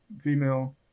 female